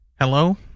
Hello